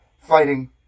fighting